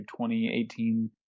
2018